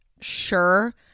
Sure